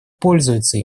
пользуются